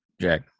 Jack